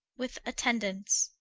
with attendants.